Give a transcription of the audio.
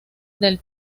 del